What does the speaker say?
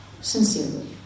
Sincerely